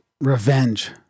revenge